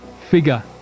figure